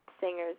singers